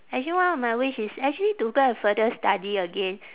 actually one of my wish is actually to go and further study again